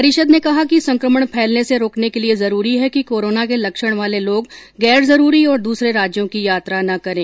परिषद ने कहा कि संकमण फैलने से रोकने के लिए जरूरी है कि कोरोना के लक्षण वाले लोग गैर जरूरी और दूसरे राज्यों की यात्रा न करें